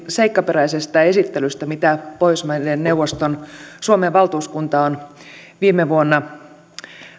seikkaperäisestä esittelystä miten pohjoismaiden neuvoston suomen valtuuskunta on viime vuonna